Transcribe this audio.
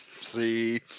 See